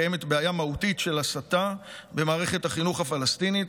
קיימת בעיה מהותית של הסתה במערכת החינוך הפלסטינית,